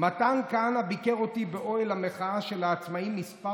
מתן כהנא ביקר אותי באוהל המחאה של העצמאים כמה